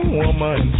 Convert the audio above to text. woman